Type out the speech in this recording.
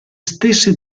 stesse